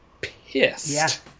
pissed